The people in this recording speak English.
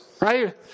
right